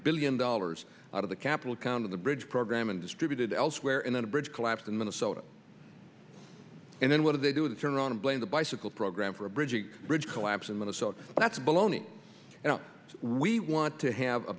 billion dollars out of the capital account of the bridge program and distributed elsewhere and then a bridge collapse in minnesota and then what do they do with turn around and blame the bicycle program for a bridge a bridge collapse in minnesota that's baloney now we want to have a